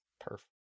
Perfect